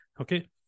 Okay